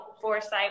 Foresight